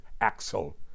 Axel